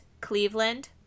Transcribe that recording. cleveland